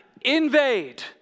invade